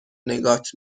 نگات